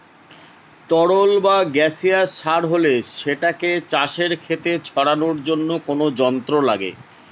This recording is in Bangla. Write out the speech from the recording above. তরল বা গাসিয়াস সার হলে সেটাকে চাষের খেতে ছড়ানোর জন্য কোনো যন্ত্র লাগে